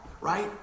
right